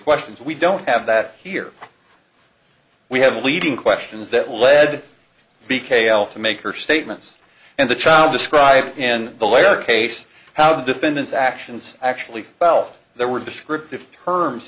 questions we don't have that here we have a leading questions that will lead be k l to maker statements and the child described in belair case how the defendant's actions actually fell there were descriptive terms